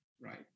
right